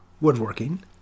woodworking